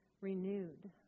renewed